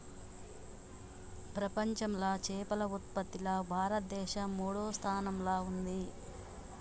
ప్రపంచంలా చేపల ఉత్పత్తిలా భారతదేశం మూడో స్థానంలా ఉంది